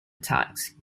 attacks